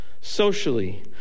Socially